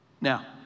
Now